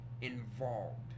involved